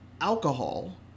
alcohol